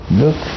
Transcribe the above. look